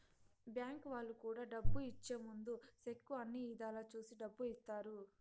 bank వాళ్ళు కూడా డబ్బు ఇచ్చే ముందు సెక్కు అన్ని ఇధాల చూసి డబ్బు ఇత్తారు